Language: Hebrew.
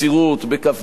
בקפדנות,